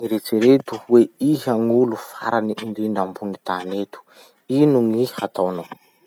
Eritereto hoe iha gn'olo farany indrindra ambony tany eto. Ino gny hataonao?